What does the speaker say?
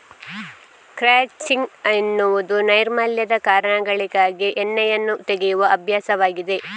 crutching ಎನ್ನುವುದು ನೈರ್ಮಲ್ಯದ ಕಾರಣಗಳಿಗಾಗಿ ಉಣ್ಣೆಯನ್ನು ತೆಗೆಯುವ ಅಭ್ಯಾಸವಾಗಿದೆ